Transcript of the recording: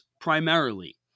primarily